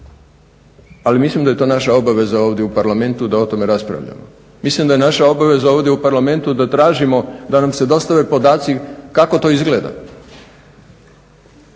ali mislim da je to naša obaveza ovdje u Parlamentu da o tome raspravljamo. Mislim da je naša obaveza ovdje u Parlamentu da tražimo da nam se dostave podaci kako to izgleda.